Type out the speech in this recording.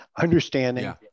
understanding